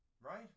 Right